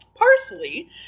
parsley